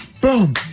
boom